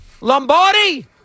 Lombardi